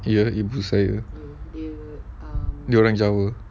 ya ibu saya dia orang jawa